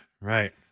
right